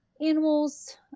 animals